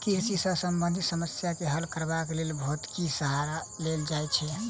कृषि सॅ संबंधित समस्या के हल करबाक लेल भौतिकीक सहारा लेल जाइत छै